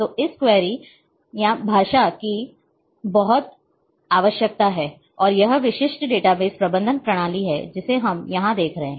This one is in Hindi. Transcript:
तो इस क्वेरी भाषा की बहुत आवश्यकता है और यह विशिष्ट डेटाबेस प्रबंधन प्रणाली है जिसे हम यहां देख रहे हैं